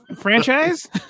franchise